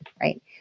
right